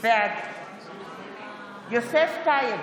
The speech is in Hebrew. בעד יוסף טייב,